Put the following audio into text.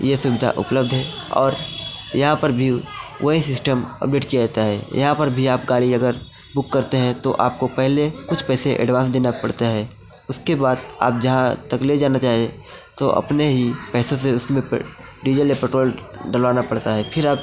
ये सुविधा उपलब्ध है और यहाँ पर भी वही सिस्टम अपग्रेड किया जाता है यहाँ पर भी आप गाड़ी अगर बुक करते हैं तो आपको पहले कुछ पैसे एडवांस देना पड़ता है उसके बाद आप जहाँ तक ले जाना चाहे तो अपने ही पैसे से उसमें पे डीजल या पेट्रोल डलवाना पड़ता है फिर आप